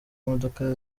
modoka